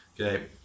okay